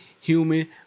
human